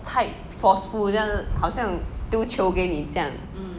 太 forceful then 好像丢球给你这样